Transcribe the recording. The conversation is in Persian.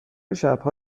شبها